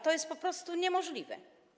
To jest po prostu niemożliwe.